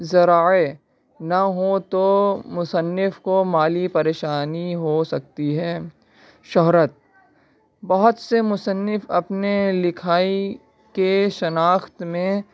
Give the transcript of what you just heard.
ذرائع نہ ہوں تو مصنف کو مالی پریشانی ہو سکتی ہے شہرت بہت سے مصنف اپنے لکھائی کے شناخت میں